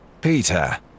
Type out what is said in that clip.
Peter